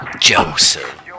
Joseph